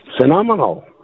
phenomenal